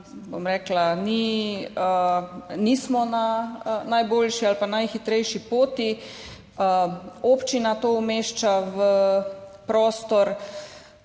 da nismo na najboljši ali pa najhitrejši poti. Občina to umešča v prostor.